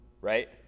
Right